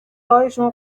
راهشون